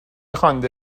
خوانده